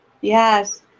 Yes